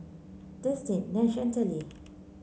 Destin Nash and Telly